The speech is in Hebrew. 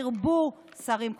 ירבו שרים כמותו.